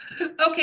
Okay